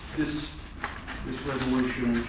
this this resolution